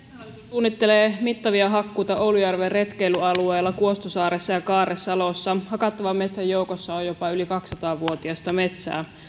suunnittelee mittavia hakkuita oulujärven retkeilyalueella kuostonsaaressa ja kaarresalossa hakattavan metsän joukossa on jopa yli kaksisataa vuotiasta metsää